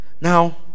Now